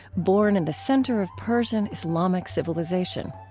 born in the center of persian islamic civilization.